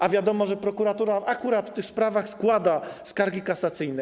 A wiadomo, że prokuratura akurat w tych sprawach składa skargi kasacyjne.